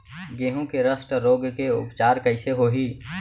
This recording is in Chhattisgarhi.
गेहूँ के रस्ट रोग के उपचार कइसे होही?